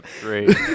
great